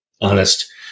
honest